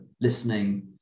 listening